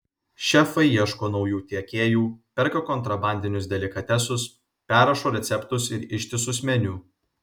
šefai ieško naujų tiekėjų perka kontrabandinius delikatesus perrašo receptus ir ištisus meniu